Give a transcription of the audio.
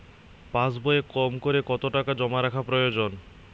পাশবইয়ে কমকরে কত টাকা জমা রাখা প্রয়োজন?